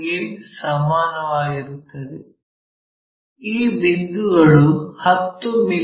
ಗೆ ಸಮಾನವಾಗಿರುತ್ತದೆ ಈ ಬಿಂದುಗಳು 10 ಮಿ